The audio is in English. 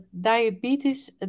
diabetes